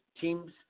Teams